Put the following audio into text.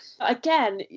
again